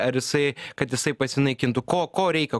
ar jisai kad jisai pasinaikintų ko ko reikia